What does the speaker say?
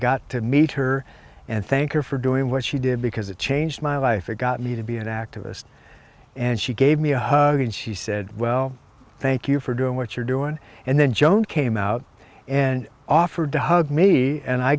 got to meet her and thank her for doing what she did because it changed my life it got me to be an activist and she gave me a hug and she said well thank you for doing what you're doing and then joan came out and offered to hug me and i